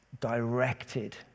directed